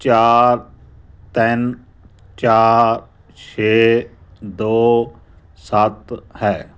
ਚਾਰ ਤਿੰਨ ਚਾਰ ਛੇ ਦੋ ਸੱਤ ਹੈ